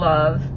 Love